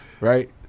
Right